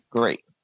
great